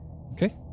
Okay